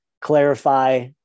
clarify